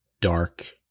dark